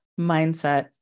mindset